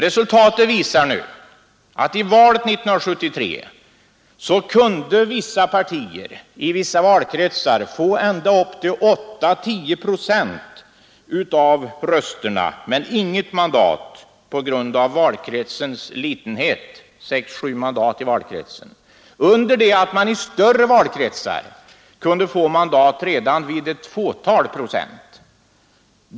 Resultatet visar nu att i valet 1973 kunde vissa partier i vissa valkretsar få ända upp till 8—10 procent av rösterna men inget mandat på grund av valkretsens litenhet — sex sju mandat — under det att man i större valkretsar kunde få mandat redan vid ett fåtal procent av rösterna.